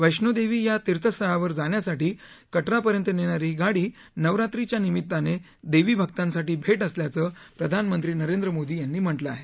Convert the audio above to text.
वैष्णोदेवी या तीर्थस्थळावर जाण्यासाठी कटरापर्यंत नेणारी ही गाडी नवरात्रीच्या निमित्ताने देवी भक्तांसाठी भेट असल्याचं प्रधानमंत्री नरेंद्र मोदी यांनी म्हटलं आहे